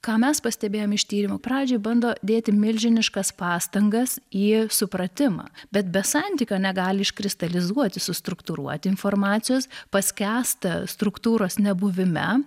ką mes pastebėjom iš tyrimo pradžioj bando dėti milžiniškas pastangas į supratimą bet be santykio negali iškristalizuoti struktūruoti informacijos paskęsta struktūros nebuvime